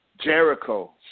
Jericho